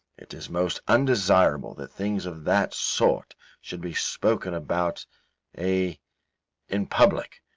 it is most undesirable that things of that sort should be spoken about a in public,